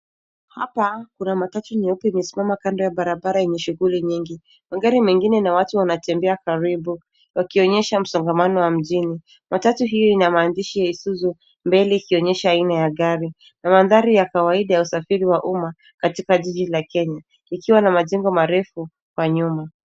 Hapa, kuna matatu nyeupe imesimama kando ya barabara yenye shughuli nyingi. Magari mengine na watu wanatembea karibu, wakionyesha msongamano wa mjini. Matatu hiyo ina maandishi Isuzu mbele ikionyesha aina ya gari, na mandhari ya kawaida ya usafiri ya umma katika jiji la Kenya, ikiwa na majengo marefu, kwa nyuma.